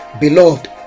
Beloved